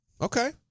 Okay